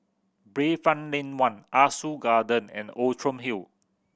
Bayfront Lane One Ah Soo Garden and Outram Hill